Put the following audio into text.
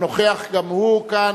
הנוכח גם הוא כאן.